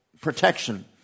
protection